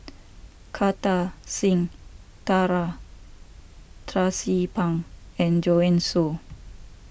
Kartar Singh Thakral Tracie Pang and Joanne Soo